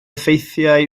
ffeithiau